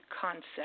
concept